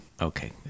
okay